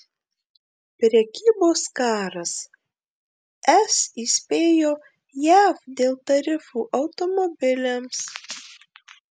prekybos karas es įspėjo jav dėl tarifų automobiliams